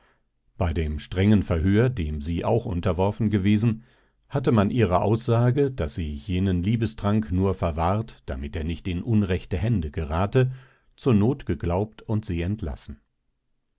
bei dem strengen verhör dem sie auch unterworfen gewesen hatte man ihrer aussage daß sie jenen liebestrank nur verwahrt damit er nicht in unrechte hände gerate zur not geglaubt und sie entlassen